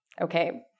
Okay